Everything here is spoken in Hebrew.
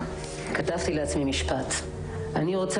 אני אדלג על התודות, אני אגיד תודה ענקית ענקית.